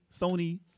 Sony